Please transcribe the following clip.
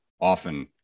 Often